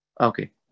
Okay